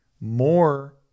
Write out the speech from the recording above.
more